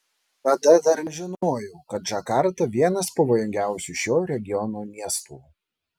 tada dar nežinojau kad džakarta vienas pavojingiausių šio regiono miestų